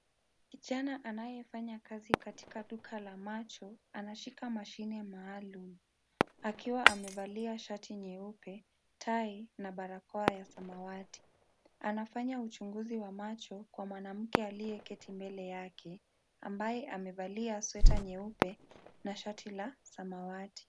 Kijana anayefanya kazi katika duka la macho, anashika mashine maalum, akiwa amevalia shati nyeupe, tai, na barakoa ya samawati. Anafanya uchunguzi wa macho, kwa mwanamke aliyeketi mbele yake, ambaye amevalia sweta nyeupe, na shati la samawati.